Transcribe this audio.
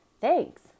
Thanks